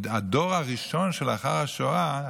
כי בדור הראשון שלאחר השואה,